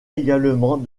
également